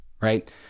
right